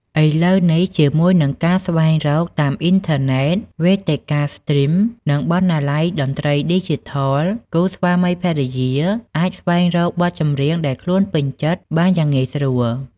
ឥឡូវនេះ ជាមួយនឹងការស្វែងរកតាមអ៊ីនធឺណេត វេទិកាស្ទ្រីម និងបណ្ណាល័យតន្ត្រីឌីជីថល គូស្វាមីភរិយាអាច ស្វែងរកបទចម្រៀងដែលខ្លួនពេញចិត្ត បានយ៉ាងងាយស្រួល។